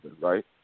Right